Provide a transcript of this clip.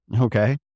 Okay